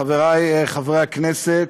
חברי חברי הכנסת,